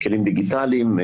כלים דיגיטליים,